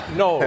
no